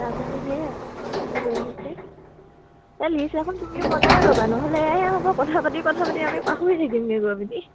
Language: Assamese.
তাৰপিছত এয়া লিষ্ট এখন তুমিও বনাই ল'বা নহ'লে এয়াহে হ'ব কথা পাতি কথা পাতি আমি পাহৰিয়েই